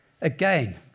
Again